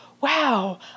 wow